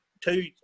two